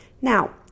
Now